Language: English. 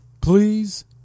Please